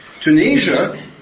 Tunisia